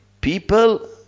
People